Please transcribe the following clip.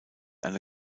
eine